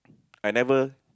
I never